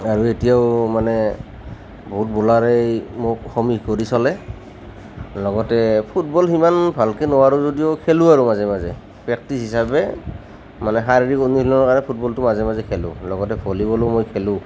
আৰু এতিয়াও মানে বহুত বলাৰেই মোক সমীহ কৰি চলে লগতে ফুটবল সিমান ভালকৈ নোৱাৰোঁ যদিও খেলোঁ আৰু মাজে মাজে প্ৰেক্টিছ হিচাবে মানে শাৰীৰিক অনুশীলনৰ কাৰণে ফুটবলটো মাজে মাজে খেলোঁ লগতে ভলিবলো মই খেলোঁ